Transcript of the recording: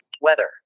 Weather